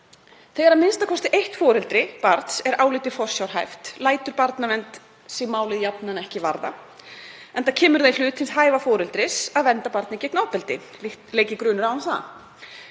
Þegar a.m.k. eitt foreldri barns er álitið forsjárhæft lætur barnavernd sig málið jafnan ekki varða, enda kemur það í hlut hins hæfa foreldris að vernda barnið gegn ofbeldi, leiki grunur á um það.